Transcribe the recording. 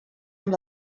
amb